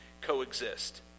coexist